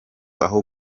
aho